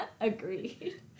Agreed